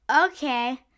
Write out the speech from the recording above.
Okay